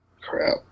crap